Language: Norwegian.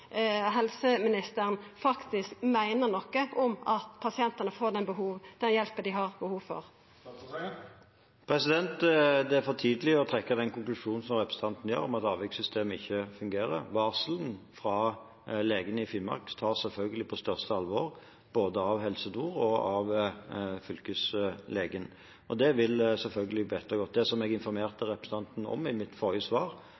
om at pasientane får den hjelpa dei har behov for? Det er for tidlig å trekke den konklusjonen som representanten gjør, at avvikssystemet ikke fungerer. Varselet fra legene i Finnmark tas selvfølgelig på største alvor, både av Helse Nord og av fylkeslegen. Det vil selvfølgelig bli ettergått. I mitt forrige svar informerte